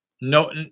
No